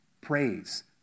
Praise